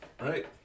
Right